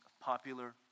popular